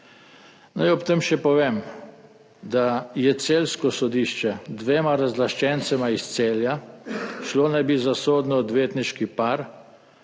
Naj ob tem še povem, da je celjsko sodišče dvema razlaščencema iz Celja, šlo naj bi za sodno-odvetniški par,